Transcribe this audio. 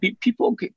people